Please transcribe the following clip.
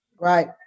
Right